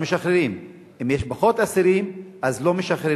אז משחררים, אם יש פחות אסירים, אז לא משחררים.